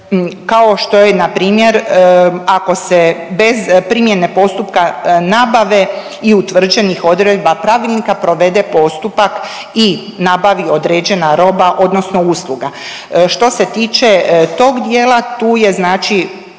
kao što je npr. ako se bez primjene postupka nabave i utvrđenih odredba pravilnika provede postupak i nabavi određena roba odnosno usluga. Što se tiče tog dijela tu je znači